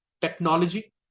technology